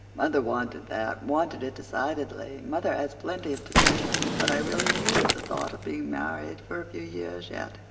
mother wanted that wanted it decidedly. mother has plenty of decision. but i really hated the thought of being married for a few years yet.